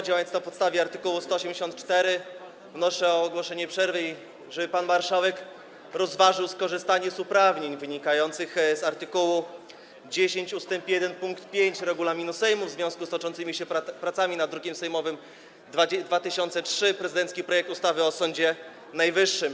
Działając na podstawie art. 184, wnoszę o ogłoszenie przerwy i o to, żeby pan marszałek rozważył skorzystanie z uprawnień wynikających z art. 10 ust. 1 pkt 5 regulaminu Sejmu w związku z toczącymi się pracami nad drukiem sejmowym nr 2003 - prezydenckim projektem ustawy o Sądzie Najwyższym.